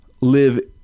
live